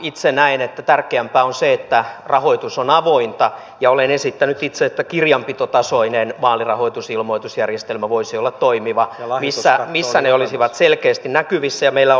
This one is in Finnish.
itse näen että tärkeämpää on se että rahoitus on avointa ja olen esittänyt itse että kirjanpitotasoinen vaalirahoitusilmoitusjärjestelmä missä ne olisivat selkeästi näkyvissä voisi olla toimiva ja meillä on lahjoituskatto ja muut